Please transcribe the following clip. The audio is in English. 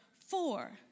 four